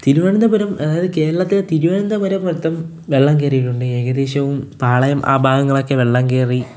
തിരുവനന്തപുരം അതായത് കേരളത്തിലെ തിരുവനന്തപുരം മൊത്തം വെള്ളം കയറിയിട്ടുണ്ട് ഏകദേശവും പാളയം ആ ഭാഗങ്ങളൊക്കെ വെള്ളം കയറി